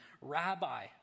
Rabbi